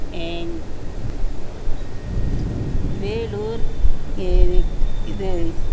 வேலூர் இது இது